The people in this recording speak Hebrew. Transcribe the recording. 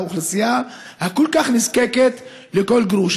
לאוכלוסייה הכל-כך נזקקת לכל גרוש.